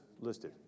listed